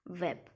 Web